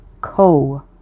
co